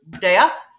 death